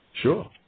Sure